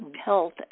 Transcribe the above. health